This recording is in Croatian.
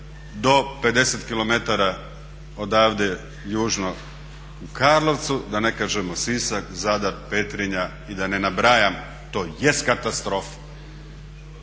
do 50 km odavde južno u Karlovcu, da ne kažemo Sisak, Zadar, Petrinja i da ne nabrajam to jest katastrofa.